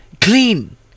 clean